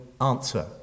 answer